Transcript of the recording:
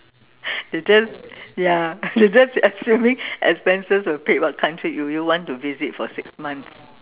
you just ya you just assuming expenses were paid what country would you want to visit for six months